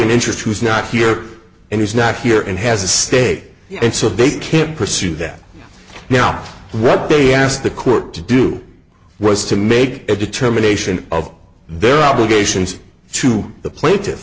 in interest who's not here and he's not here and has a stake and so they can pursue that you know what they asked the court to do was to make a determination of their obligations to the pla